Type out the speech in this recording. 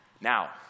Now